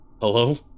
Hello